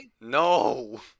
No